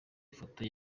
ifoto